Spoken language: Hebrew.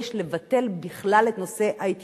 יש לבטל בכלל את נושא ההתיישנות.